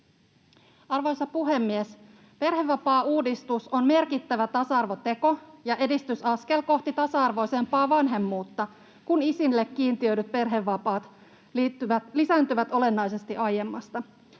Arvoisa puhemies! Perhevapaauudistus on merkittävä tasa-arvoteko ja edistysaskel kohti tasa-arvoisempaa vanhemmuutta, kun isille kiintiöidyt perhevapaat lisääntyvät olennaisesti aiemmasta.